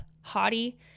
haughty